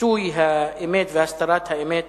כיסוי האמת והסתרת האמת